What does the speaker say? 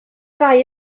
ddau